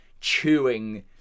chewing